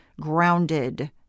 grounded